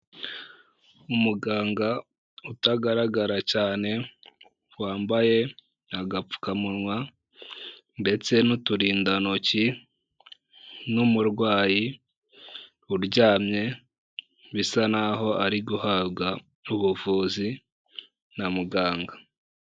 Umuganga utagaragara cyane wambaye agapfukamunwa ndetse n'uturindantoki n'umurwayi uryamye bisa n’aho ari guhabwa ubuvuzi na muganga.